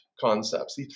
concepts